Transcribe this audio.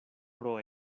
pro